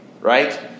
right